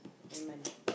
end month